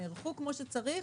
נערכו כמו שצריך,